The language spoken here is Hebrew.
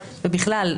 ובכלל,